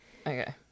Okay